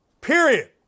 Period